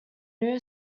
new